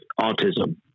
autism